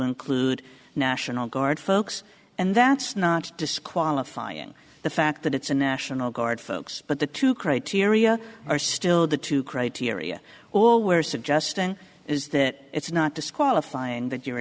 include national guard folks and that's not disqualifying the fact that it's a national guard folks but the two criteria are still the two criteria or we're suggesting is that it's not disqualifying that you're a